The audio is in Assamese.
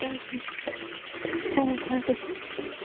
তাৰ পিছত খং উঠাৰ পিছত